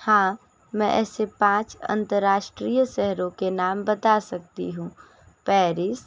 हाँ मैं ऐसे पाँच अंतरराष्ट्रीय शहरों के नाम बता सकती हूँ पैरिस